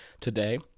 Today